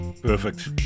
Perfect